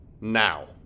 now